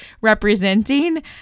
representing